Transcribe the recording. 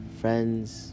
friends